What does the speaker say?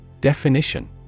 Definition